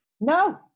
No